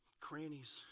crannies